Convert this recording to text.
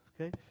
okay